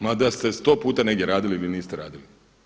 Mada ste sto puta negdje radili vi niste radili.